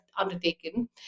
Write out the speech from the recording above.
undertaken